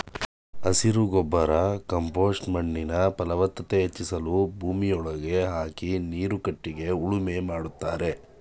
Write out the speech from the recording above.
ಹಸಿರು ಗೊಬ್ಬರ ಕಾಂಪೋಸ್ಟ್ ಮಣ್ಣಿನ ಫಲವತ್ತತೆ ಹೆಚ್ಚಿಸಲು ಭೂಮಿಯೊಳಗೆ ಹಾಕಿ ನೀರು ಕಟ್ಟಿಗೆ ಉಳುಮೆ ಮಾಡ್ತರೆ